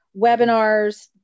webinars